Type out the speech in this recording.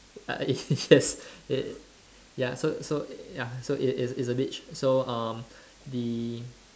uh yes ye~ ya so so ya so it it's it's a beach so um the